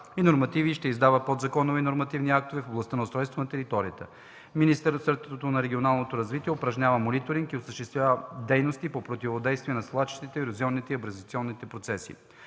и нормативи и ще издава подзаконовите нормативни актове в областта на устройството на територията. Министерството на регионалното развитие упражнява мониторинг и осъществява дейностите по противодействие на свлачищните, ерозионните и абразионните процеси.